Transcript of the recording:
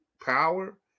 power